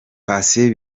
patient